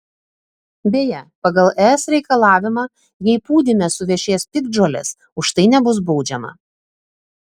beje pagal es reikalavimą jei pūdyme suvešės piktžolės už tai nebus baudžiama